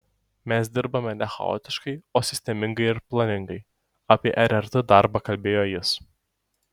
mes dirbame ne chaotiškai o sistemingai ir planingai apie rrt darbą kalbėjo jis